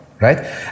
right